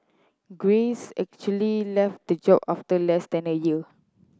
grace actually left the job after less than a year